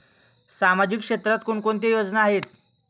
सामाजिक क्षेत्रात कोणकोणत्या योजना आहेत?